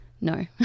No